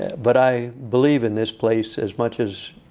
but i believe in this place as much as